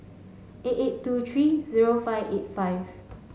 eight eight two three zero five eight five